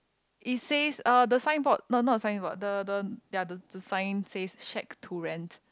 it says uh the sign board not not sign board the the ya the the sign says shack to rent